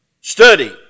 Study